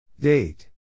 Date